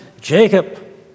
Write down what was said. Jacob